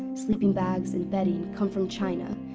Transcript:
sleeping bags and bedding come from china,